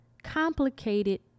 complicated